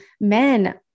men